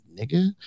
nigga